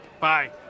Bye